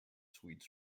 sweets